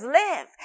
live